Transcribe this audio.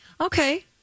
Okay